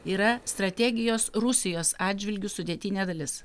yra strategijos rusijos atžvilgiu sudėtinė dalis